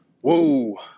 Whoa